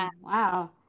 wow